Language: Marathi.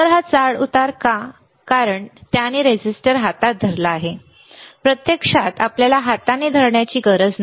तर हा चढउतार का कारण त्याने हात धरला आहे प्रत्यक्षात आपल्याला हाताने धरण्याची गरज नाही